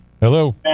Hello